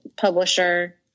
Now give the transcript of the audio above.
publisher